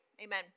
amen